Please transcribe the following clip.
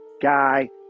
guy